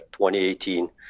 2018